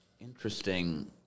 interesting